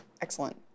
Excellent